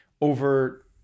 over –